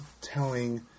telling